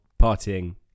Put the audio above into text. partying